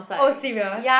oh serious